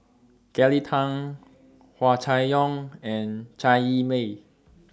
Kelly Tang Hua Chai Yong and Chai Yee Wei